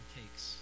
takes